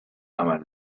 عمل